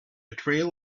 trail